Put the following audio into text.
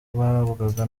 bahabwaga